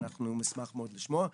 אנחנו נשמח מאוד לשמוע מהם.